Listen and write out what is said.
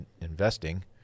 investing